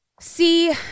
See